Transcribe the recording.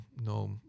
no